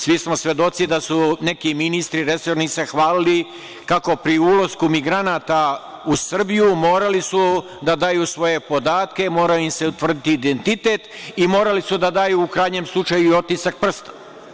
Svi smo svedoci da su se neki resorni ministri hvalili kako pri ulasku migranata u Srbiju su morali da daju svoje podatke, mora im se utvrditi identitet i morali su da daju u krajnjem slučaju i otisak prsta.